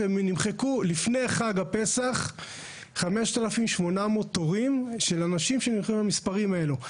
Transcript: ונמחקו לפני חג הפסח 5,800 תורים של אנשים שנרשמו למספרים האלו,